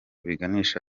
biganisha